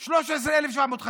של 13,750?